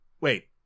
Wait